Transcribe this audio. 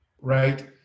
Right